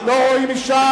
לא רואים משם.